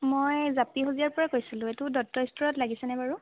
মই জাপিসজীয়াৰ পৰা কৈছিলোঁ এইটো দত্ত ষ্ট'ৰত লাগিছেনে বাৰু